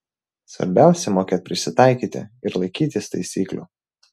svarbiausia mokėt prisitaikyti ir laikytis taisyklių